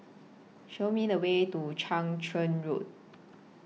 Show Me The Way to Chang Charn Road